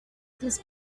this